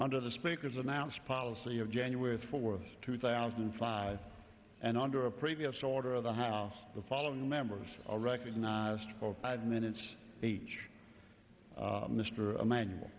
under the speaker's announced policy of january fourth two thousand and five and under a previous order of the house the following members are recognized for five minutes each mr emanuel